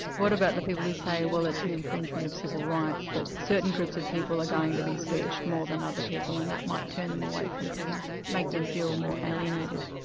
what about the people who say, well it's an infringement of civil rights, that certain groups of people are going to be searched more than other people, and that might turn them away from police, make them feel more alienated?